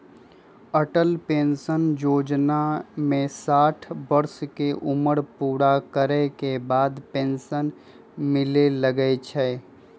Atal pension जोजना में साठ वर्ष के उमर पूरा करे के बाद पेन्सन मिले लगैए छइ